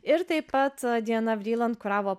ir taip pat diana vriland kuravo